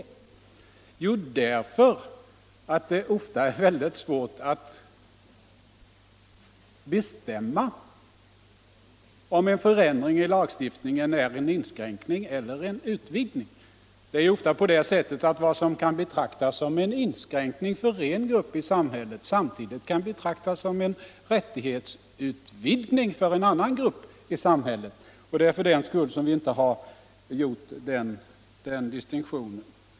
Jo, därför att det ofta är mycket svårt att bestämma om en förändring i lagstiftningen är en inskränkning eller en utvidgning. Det är ofta på det sättet att vad som kan betraktas som en inskränkning för en grupp i samhället samtidigt kan betraktas som en rättighetsutvidgning för en annan grupp. Det är för den skull vi inte - Nr 149 har gjort den distinktionen här.